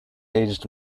aged